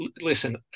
Listen